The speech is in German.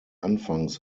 anfangs